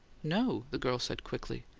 no, the girl said, quickly.